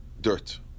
dirt